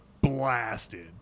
blasted